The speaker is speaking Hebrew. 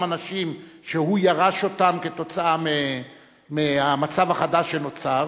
אנשים שהוא ירש אותם בגלל המצב החדש שנוצר,